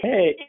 Hey